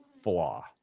flaw